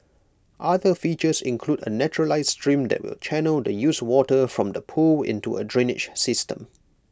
other features include A naturalised stream that will channel the used water from the pool into A drainage system